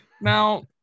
Now